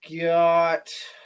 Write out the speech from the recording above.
got